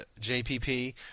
JPP